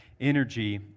energy